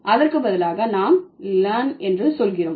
அதற்கு பதிலாக நாம் LAN என்று சொல்கிறோம்